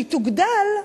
כשהיא תוגדל,